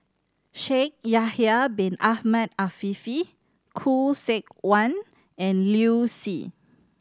Shaikh Yahya Bin Ahmed Afifi Khoo Seok Wan and Liu Si